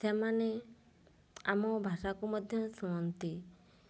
ସେମାନେ ଆମ ଭାଷାକୁ ମଧ୍ୟ ଶୁଣନ୍ତି